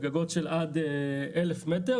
לגגות של עד 1,000 מטר,